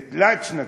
זה תלת-שנתי?